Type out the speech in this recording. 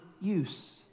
use